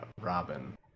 Robin